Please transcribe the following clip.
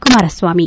Kumaraswamy